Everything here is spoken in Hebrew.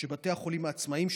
בתי החולים העצמאיים,